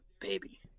Baby